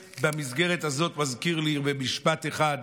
במסגרת הזאת אני רוצה להזכיר במשפט אחד,